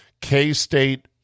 K-State